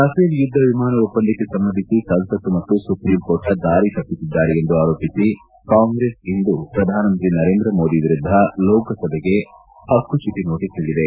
Rafale ಯುದ್ದ ವಿಮಾನ ಒಪ್ಪಂದಕ್ಕೆ ಸಂಬಂಧಿಸಿ ಸಂಸತ್ತು ಮತ್ತು ಸುಪ್ರೀಂಕೋರ್ಟ್ನ ದಾರಿ ತಪ್ಪಿಸಿದ್ದಾರೆ ಎಂದು ಆರೋಪಿಸಿ ಕಾಂಗ್ರೆಸ್ ಇಂದು ಪ್ರಧಾನಮಂತ್ರಿ ನರೇಂದ್ರ ಮೋದಿ ವಿರುದ್ದ ಲೋಕಸಭೆಗೆ ಇಂದು ಹಕ್ಕುಚ್ಚುತಿ ನೋಟಸ್ ನೀಡಿದೆ